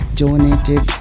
donated